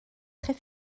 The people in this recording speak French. très